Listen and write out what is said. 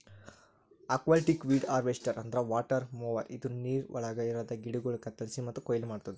aquatic weed harvester ಅಂದ್ರ water mower ಇದು ನೀರವಳಗ್ ಇರದ ಗಿಡಗೋಳು ಕತ್ತುರಸಿ ಮತ್ತ ಕೊಯ್ಲಿ ಮಾಡ್ತುದ